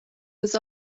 was